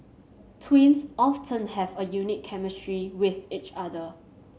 twins often have a unique chemistry with each other